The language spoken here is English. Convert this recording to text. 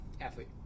Athlete